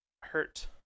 hurt